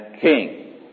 king